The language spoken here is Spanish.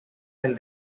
del